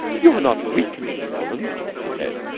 you are not weakening, roland? she said.